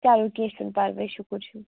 چلو کیٚنٛہہ چھُنہٕ پرواے شُکُر چھُ